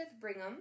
Brigham